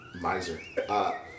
miser